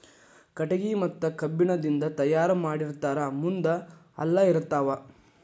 ಕಟಗಿ ಮತ್ತ ಕಬ್ಬಣ ರಿಂದ ತಯಾರ ಮಾಡಿರತಾರ ಮುಂದ ಹಲ್ಲ ಇರತಾವ